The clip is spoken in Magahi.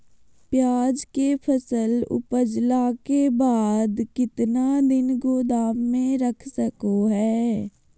प्याज के फसल उपजला के बाद कितना दिन गोदाम में रख सको हय?